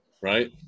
right